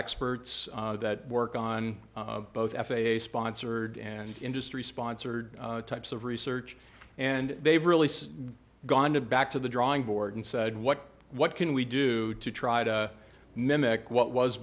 experts that work on both f a a sponsored and industry sponsored types of research and they've really gone to back to the drawing board and said what what can we do to try to mimic what was